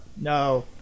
No